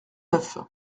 neuf